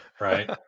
right